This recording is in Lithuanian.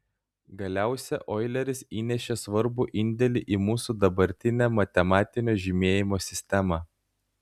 galiausia oileris įnešė svarbų indėlį į mūsų dabartinę matematinio žymėjimo sistemą